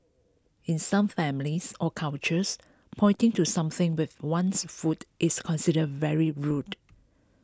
in some families or cultures pointing to something with one's foot is considered very rude